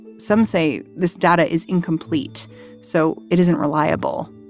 some say this data is incomplete so it isn't reliable,